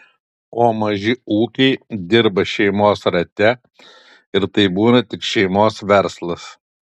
o maži ūkiai dirba šeimos rate ir tai būna tik šeimos verslas